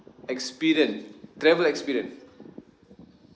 experience travel experience